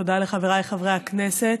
תודה לחבריי חברי הכנסת.